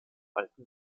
alten